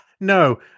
No